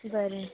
बरें